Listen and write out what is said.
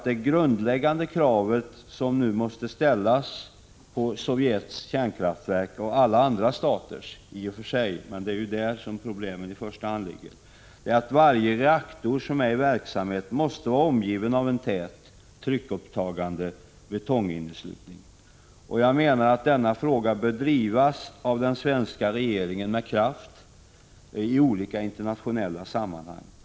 Det grundläggande kravet som man nu måste ställa på Sovjets kärnkraftverk — och även på alla andra staters kärnkraftverk, men det är ju i Sovjet som problemen i första hand finns — är att varje reaktor som är i verksamhet måste vara omgiven av en tät tryckupptagande betonginneslutning. Denna fråga bör drivas av den svenska regeringen med kraft i olika internationella sammanhang.